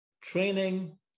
training